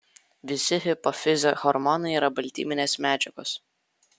visi hipofizio hormonai yra baltyminės medžiagos